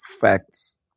facts